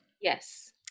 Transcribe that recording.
Yes